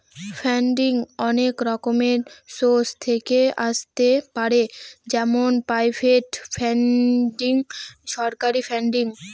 funding অনেক রকমের source থেকে আসতে পারে যেমন প্রাইভেট ফান্ডিং, সরকারি ফান্ডিং